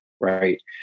right